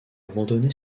abandonné